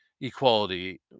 equality